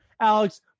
Alex